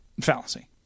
fallacy